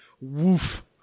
Woof